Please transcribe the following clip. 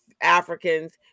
africans